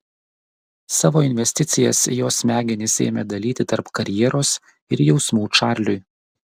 savo investicijas jos smegenys ėmė dalyti tarp karjeros ir jausmų čarliui